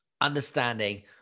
understanding